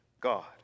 God